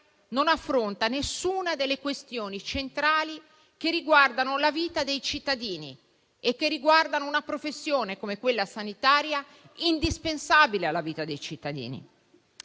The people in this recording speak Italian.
non affronta nessuna delle questioni centrali che riguardano la vita dei cittadini e una professione, come quella sanitaria, indispensabile alla vita dei cittadini.